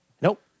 Nope